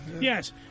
Yes